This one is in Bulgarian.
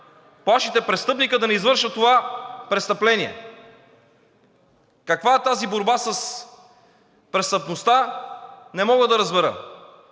плашите престъпника да не извършва това престъпление. Каква е тази борба с престъпността не мога да разбера?